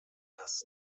das